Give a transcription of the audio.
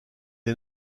est